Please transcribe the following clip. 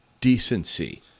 decency